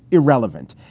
irrelevant.